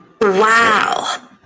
Wow